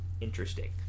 interesting